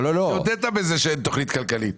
הודית בזה שאין תכנית כלכלית.